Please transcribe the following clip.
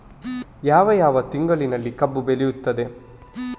ಯಾವ ಯಾವ ತಿಂಗಳಿನಲ್ಲಿ ಕಬ್ಬು ಬೆಳೆಯುತ್ತದೆ?